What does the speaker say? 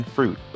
Fruit